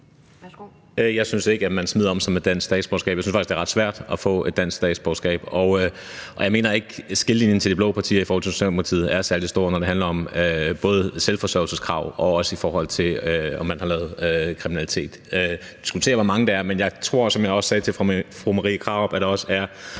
Jeg synes ikke, at man smider om sig med det danske statsborgerskab. Jeg synes faktisk, det er ret svært at få et dansk statsborgerskab. Jeg mener ikke, at skillelinjen mellem de blå partier og Socialdemokratiet er særlig stor, hverken når det handler om selvforsørgelseskrav eller om, hvorvidt man har lavet kriminalitet. Vi kan diskutere, hvor mange det er, men jeg tror, som jeg også sagde til fru Marie Krarup, at der også er